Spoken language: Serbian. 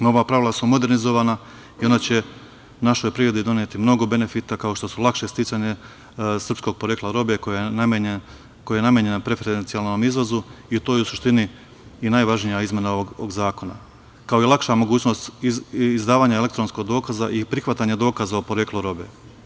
Nova pravila su modernizovana i ona će našoj privredi doneti mnogo benefita, kao što su lakše sticanje srpskog porekla robe koja je namenjena preferencijalnom izvozu i u toj suštini i najvažnija izmena ovog zakona, kao i lakša mogućnost izdavanja elektronskog dokaza i prihvatanja dokaza o poreklu robe.